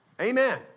Amen